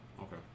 Okay